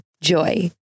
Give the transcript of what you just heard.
JOY